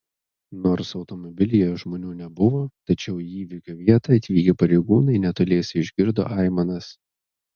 nors automobilyje žmonių nebuvo tačiau į įvykio vietą atvykę pareigūnai netoliese išgirdo aimanas